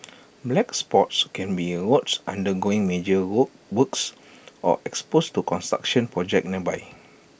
black spots can be roads undergoing major goal works or exposed to construction projects nearby